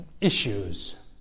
issues